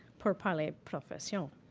pour parler profession.